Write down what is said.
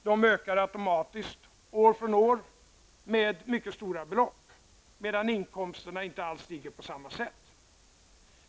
De ökar automatiskt år efter år med mycket stora belopp, medan intäkterna inte alls ligger på samma nivå.